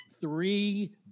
three